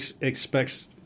expects